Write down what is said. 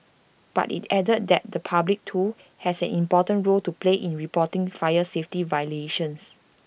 but IT added that the public too has an important role to play in reporting fire safety violations